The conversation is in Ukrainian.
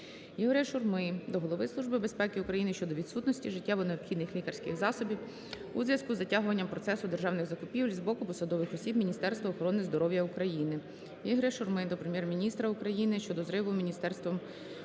Ігоря Шурми до Голови Служби безпеки України щодо відсутності життєво необхідних лікарських засобів у зв'язку з затягуванням процесу державних закупівель з боку посадових осіб Міністерства охорони здоров'я України. Ігоря Шурми до Прем'єр-міністра України щодо зриву Міністерством